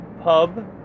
Pub